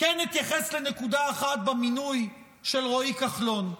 כן אתייחס לנקודה אחת במינוי של רועי כחלון.